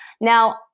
Now